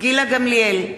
גילה גמליאל,